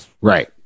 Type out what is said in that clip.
right